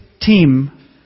team